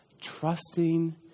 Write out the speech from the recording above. trusting